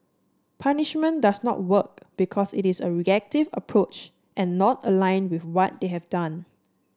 punishment does not work because it is a reactive approach and not aligned with what they have done